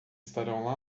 estarão